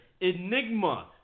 enigma